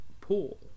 pool